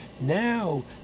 now